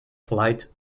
flight